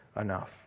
enough